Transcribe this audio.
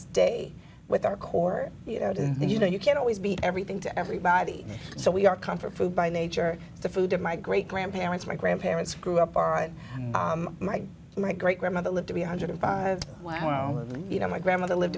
stay with our core that you know you can't always be everything to everybody so we are comfort food by nature the food of my great grandparents my grandparents grew up on my my great grandmother lived to be a one hundred and five when i was you know my grandmother lived